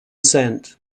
scent